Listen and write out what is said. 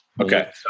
Okay